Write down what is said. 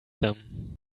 them